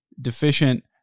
deficient